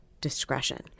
discretion